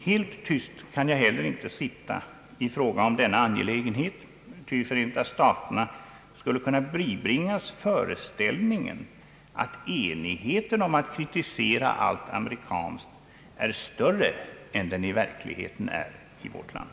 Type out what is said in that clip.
Helt tyst kan jag inte sitta, när det gäller denna angelägenhet, ty Förenta staterna skulle kunna bibringas föreställningen att enigheten om att kritisera allt amerikanskt är större än den i verkligheten är i vårt land.